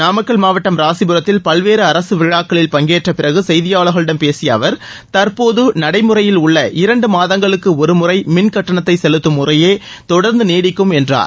நாமக்கல் மாவட்டம் ராசிபுரத்தில் பல்வேறு அரசு விழாக்களில் பங்கேற்ற பிறகு செய்தியாளர்களிடம் பேசிய அவர் தற்போது நடைமுறையில் உள்ள இரண்டு மாதங்களுக்கு ஒருமுறை மின் கட்டணத்தை செலுத்தும் முறையே தொடர்ந்து நீடிக்கும் என்றார்